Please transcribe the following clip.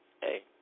hey